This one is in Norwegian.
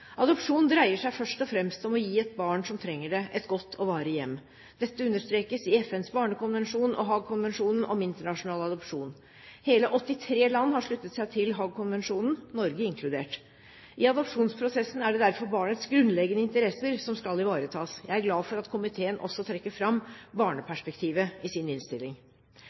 Adopsjon dreier seg først og fremst om å gi et barn som trenger det, et godt og varig hjem. Dette understrekes i FNs barnekonvensjon og Haagkonvensjonen om internasjonal adopsjon. Hele 83 land har sluttet seg til Haagkonvensjonen, Norge inkludert. I adopsjonsprosessen er det derfor barnets grunnleggende interesser som skal ivaretas. Jeg er glad for at komiteen også trekker fram barneperspektivet i sin innstilling.